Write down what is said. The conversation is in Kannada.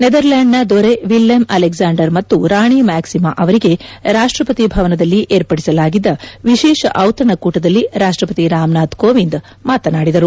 ನೆದರ್ಲೆಂಡ್ನ ದೊರೆ ವಿಲ್ಲೆಮ್ ಅಲೆಕಾಂಡರ್ ಮತ್ತು ರಾಣಿ ಮ್ಯಾಕಿಮಾ ಅವರಿಗೆ ರಾಷ್ಷಪತಿ ಭವನದಲ್ಲಿ ಏರ್ಪಡಿಸಲಾಗಿದ್ದ ವಿಶೇಷ ಟಿತಣಕೂಟದಲ್ಲಿ ರಾಷ್ಷಪತಿ ರಾಮನಾಥ್ ಕೋವಿಂದ್ ಮಾತನಾಡಿದರು